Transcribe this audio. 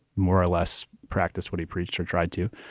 more or less practice what he preached or tried to.